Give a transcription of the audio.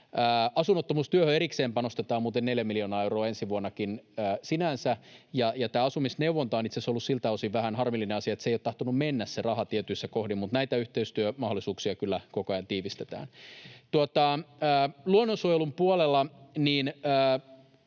sinänsä muuten erikseen panostetaan neljä miljoonaa euroa ensi vuonnakin. Tämä asumisneuvonta on itse asiassa ollut siltä osin vähän harmillinen asia, että se raha ei ole tahtonut mennä tietyissä kohdin, mutta näitä yhteistyömahdollisuuksia kyllä koko ajan tiivistetään. Luonnonsuojelun puolella